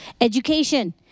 education